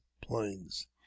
plains